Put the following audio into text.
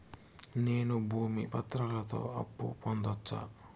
నేను భూమి పత్రాలతో అప్పు పొందొచ్చా?